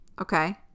Okay